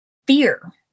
fear